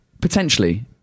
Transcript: potentially